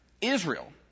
Israel